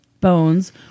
bones